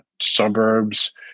suburbs